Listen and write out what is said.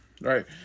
right